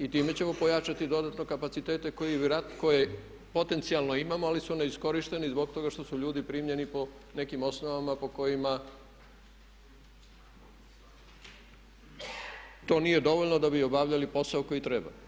I time ćemo pojačati dodatno kapacitete koje potencijalno imamo ali su neiskorišteni zbog toga što su ljudi primljeni po nekim osnovama po kojima to nije dovoljno da bi obavljali posao koji treba.